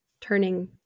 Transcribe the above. turning